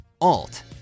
Alt